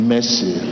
Mercy